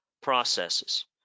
Processes